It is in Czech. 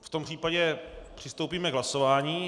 V tom případě přistoupíme k hlasování.